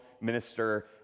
minister